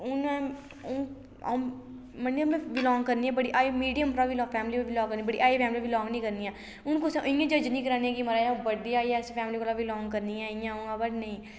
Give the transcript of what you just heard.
हून हून अ'ऊं मन्नेआ में बिलांग करनी आं बड़ी हाई मिडियम फैमली बिलांग बड़ी हाई फैमली बिलांग नी करनी आं हून कुसै इयां जज नी करा नी कि महाराज अ'ऊं बड्डी हाई ऐसी फैमली कोला बिलांग करनी आं इ'यां अ'ऊं अवा नेईं